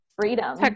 freedom